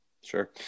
Sure